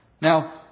Now